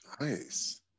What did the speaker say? Nice